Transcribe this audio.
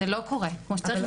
זה לא קורה כמו שצריך.